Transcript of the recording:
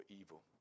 evil